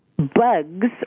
Bugs